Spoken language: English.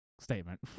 statement